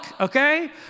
okay